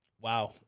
Wow